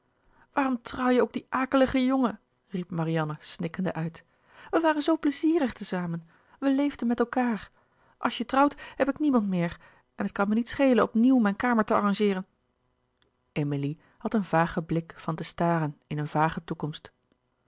waarom trouw je ook dien akeligen jongen riep marianne snikkende uit wij waren zoo pleizierig te zamen wij leefden met elkaâr als je trouwt heb ik niemand meer en het kan me niet schelen op nieuw mijn kamer te arrangeeren emilie had een vagen blik van te staren in een vage toekomst